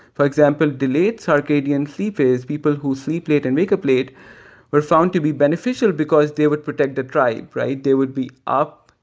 for example, delayed circadian sleepers people who sleep late and wake up late were found to be beneficial beneficial because they would protect the tribe, right? they would be up.